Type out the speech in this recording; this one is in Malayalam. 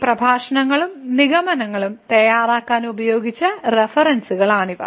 ഈ പ്രഭാഷണങ്ങളും നിഗമനങ്ങളും തയ്യാറാക്കാൻ ഉപയോഗിച്ച റഫറൻസുകളാണ് ഇവ